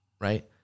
right